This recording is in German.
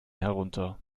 herunter